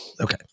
okay